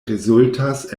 rezultas